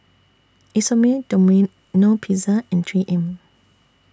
Isomil Domino Pizza and three M